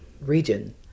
region